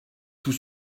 tout